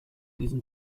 diesen